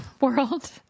world